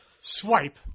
swipe